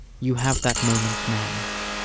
you have that moment now.